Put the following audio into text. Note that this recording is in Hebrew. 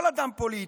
כל אדם פוליטי,